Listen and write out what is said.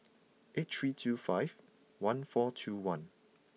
eight three two five one four two one